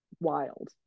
wild